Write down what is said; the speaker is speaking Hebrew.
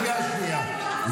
נאור, די.